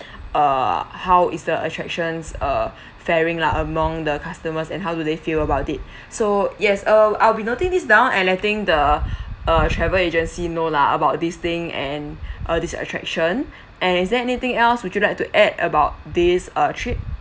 err how is the attractions uh faring lah among the customers and how do they feel about it so yes um I'll be noting this down and letting the uh travel agency know lah about this thing and uh this attraction and is there anything else would you like to add about this uh trip